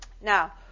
Now